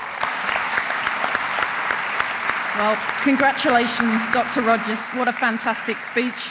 um congratulations dr rogers, what a fantastic speech.